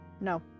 no